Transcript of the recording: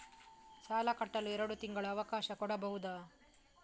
ಸಾಲ ಕಟ್ಟಲು ಎರಡು ತಿಂಗಳ ಅವಕಾಶ ಕೊಡಬಹುದಾ?